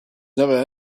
never